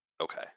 Okay